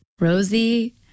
Rosie